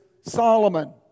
Solomon